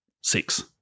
six